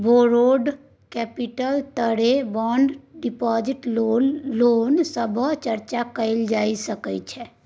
borrowed capital तरे bond deposit loan सभक चर्चा कएल जा सकइ छै